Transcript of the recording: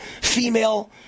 female